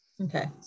okay